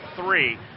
three